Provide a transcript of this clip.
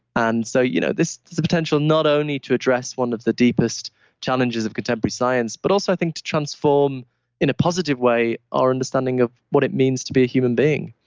and so you know this is the potential not only to address one of the deepest challenges of contemporary science, but also i think to transform in a positive way, our understanding of what it means to be a human being.